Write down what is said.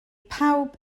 pawb